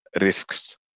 risks